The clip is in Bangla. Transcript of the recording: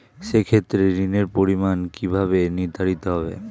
সে ক্ষেত্রে ঋণের পরিমাণ কিভাবে নির্ধারিত হবে?